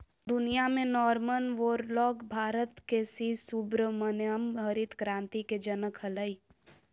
दुनिया में Norman Borlaug Bharat के सी सुब्रमण्यम हरित क्रांति के जनक हलई